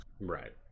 right